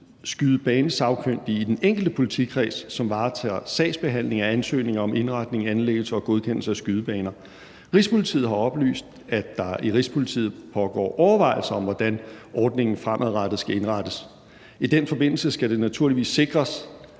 skydebanesagkyndige i den enkelte politikreds, som varetager sagsbehandlingen af ansøgninger om indretning, anlæggelse og godkendelse af skydebaner. Rigspolitiet har oplyst, at der i Rigspolitiet pågår overvejelser om, hvordan ordningen fremadrettet skal indrettes. I den forbindelse skal det naturligvis sikres,